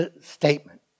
statement